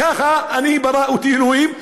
כך ברא אותי אלוהים.